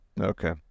Okay